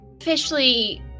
officially